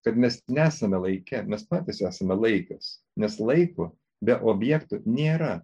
kad mes nesame laike mes patys esame laikas nes laiko be objekto nėra